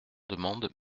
demande